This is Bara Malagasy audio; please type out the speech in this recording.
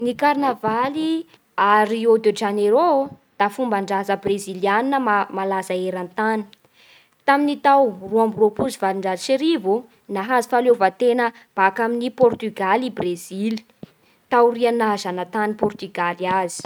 Ny karnavaly a Rio de Janeiro ô da fomban-draza breziliana ma- malaza eran-tany. Tamin'ny tao roa amby roapolo sy valonjato sy arivo ô: nahazo fahaleovan-tena baka amin'i Pôrtugaly i Brezily taorian'ny nahazana-tany pôrtugaly azy.